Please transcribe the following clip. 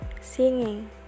singing